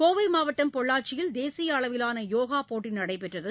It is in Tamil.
கோவைமாவட்டம் பொள்ளாச்சியில் தேசியஅளவிலானயோகாபோட்டிநடைபெற்றது